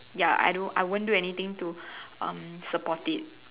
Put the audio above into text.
ya I don't I won't do anything to um support it